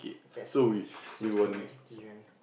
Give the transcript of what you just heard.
that's um seriously nasty one